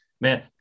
Man